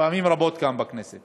פעמים רבות כאן בכנסת